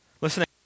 Listening